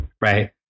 Right